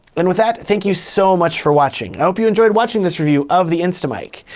and with that, thank you so much for watching. i hope you enjoyed watching this review of the instamic.